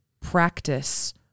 practice